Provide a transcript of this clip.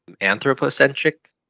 anthropocentric